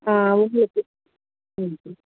ஆ உங்களுக்கு ம்